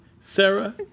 Sarah